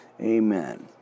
Amen